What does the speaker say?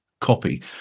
copy